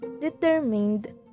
determined